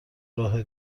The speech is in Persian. راه